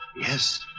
Yes